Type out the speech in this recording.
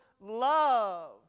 love